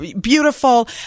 beautiful